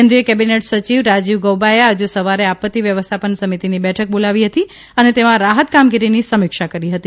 કેન્દ્રિય કેબિનેટ સચિવ રાજીવ ગૌબાએ આજે સવારે આપત્તિ વ્યવસ્થાપન સમિતિની બેઠક બોલાવી હતી અને તેમાં રાહતકામગીરીની સમિક્ષા કરી હતી